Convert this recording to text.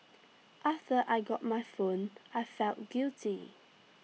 after I got my phone I felt guilty